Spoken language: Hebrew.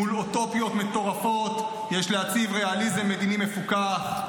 מול אוטופיות מטורפות יש להציב ריאליזם מדיני מפוקח,